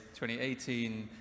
2018